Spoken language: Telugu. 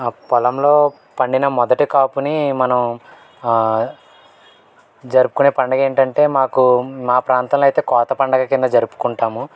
పొలంలో పండిన మొదటి కాపుని మనం జరుపుకునే పండుగ ఏంటంటే మాకు మా ప్రాంతంలో అయితే కోత పండగ కింద జరుపుకుంటాము